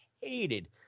hated